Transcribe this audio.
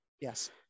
Yes